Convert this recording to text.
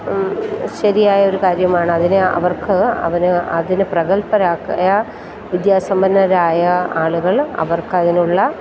ശരിയായ ഒരു കാര്യമാണ് അതിനെ അവർക്ക് അതിന് അതിന് പ്രഗൽഭരായ വിദ്യാസമ്പന്നരായ ആളുകൾ അവർക്കതിനുള്ള